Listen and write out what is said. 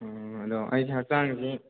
ꯎꯝ ꯑꯗꯣ ꯑꯩꯁꯦ ꯍꯛꯆꯥꯡꯁꯦ